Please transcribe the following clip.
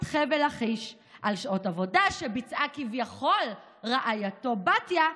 חבל לכיש על שעות עבודה שביצעה כביכול רעייתו בתיה,